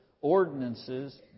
ordinances